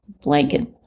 Blanket